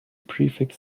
prefix